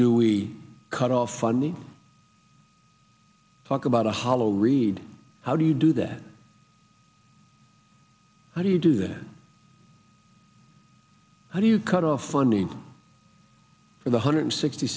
we cut off funding talk about a hollow reed how do you do that how do you do that how do you cut off funding for the hundred sixty